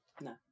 No